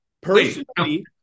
personally